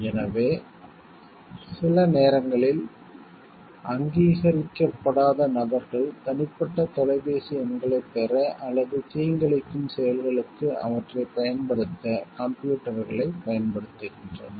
எனவே சில நேரங்களில் அங்கீகரிக்கப்படாத நபர்கள் தனிப்பட்ட தொலைபேசி எண்களைப் பெற அல்லது தீங்கிழைக்கும் செயல்களுக்கு அவற்றைப் பயன்படுத்த கம்ப்யூட்டர்களைப் பயன்படுத்துகின்றனர்